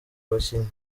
abakinnyi